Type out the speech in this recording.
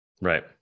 Right